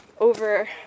over